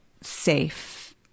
safe